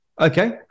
Okay